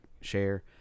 share